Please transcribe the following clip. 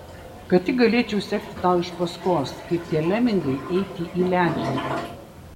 kad tik galėčiau sekti tau iš paskos kaip tie lemingai eiti į ledjūrį